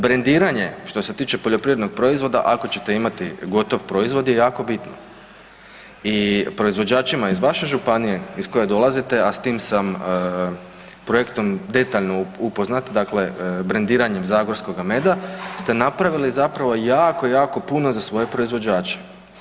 Brendiranje što se tiče poljoprivrednog proizvoda ako ćete imati gotov proizvod je jako bitno i proizvođačima iz vaše županije iz koje dolazite, a s tim sam projektom detaljno upoznat, dakle brendiranjem zagorskoga meda ste napravili zapravo jako, jako puno za svoje proizvođače.